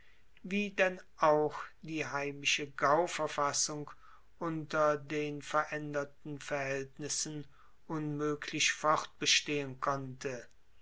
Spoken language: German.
wie denn auch die heimische gauverfassung unter den veraenderten verhaeltnissen unmoeglich fortbestehen konnte